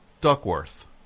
Duckworth